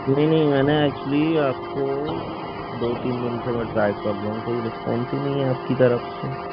नहीं नहीं मैंने ऐक्चुअली आपको दो तीन दिन से मैं ट्राय कर रहा हूँ कोई रिस्पॉन्स ही नहीं है आपकी तरफ से